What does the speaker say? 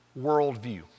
worldview